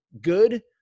good